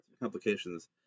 complications